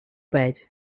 bed